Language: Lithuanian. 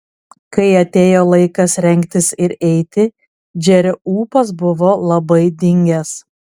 kai atėjo laikas rengtis ir eiti džerio ūpas buvo labai dingęs